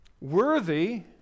worthy